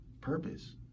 Purpose